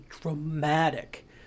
dramatic